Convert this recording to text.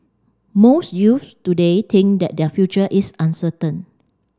most youths today think that their future is uncertain